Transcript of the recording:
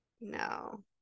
no